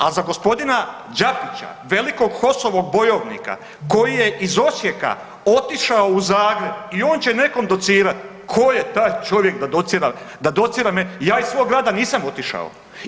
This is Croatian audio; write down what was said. A za gospodina Đapića velikog HOS-ovog bojovnika koji je iz Osijeka otišao u Zagreb i on će nekom docirati, tko je taj čovjek da docira, da docira meni, ja iz svog grada nisam otišao.